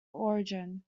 origin